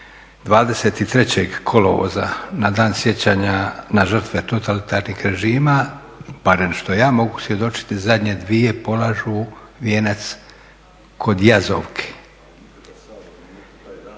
23. kolovoza na dan sjećanja na žrtve totalitarnih režima, barem što ja mogu svjedočiti zadnje dvije polažu vijenac kod Jazovke.